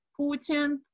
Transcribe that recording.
Putin